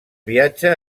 viatge